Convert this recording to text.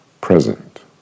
present